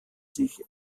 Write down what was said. sich